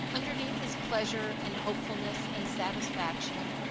underneath his pleasure and hopefulness and satisfaction,